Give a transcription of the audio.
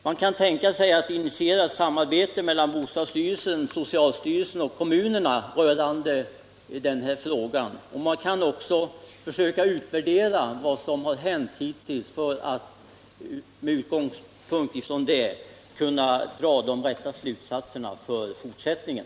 Man kan tänka sig att initiera samarbete mellan bostadsstyrelsen, socialstyrelsen och kommunerna i denna fråga. Man kan också försöka utvärdera vad som har hänt hittills för att med ledning härav kunna dra de rätta slutsatserna för fortsättningen.